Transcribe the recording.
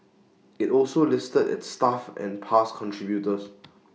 IT also listed its staff and past contributors